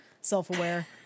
self-aware